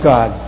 God